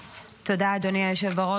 תודה, אדוני היושב בראש.